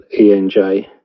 ENJ